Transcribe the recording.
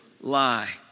lie